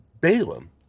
Balaam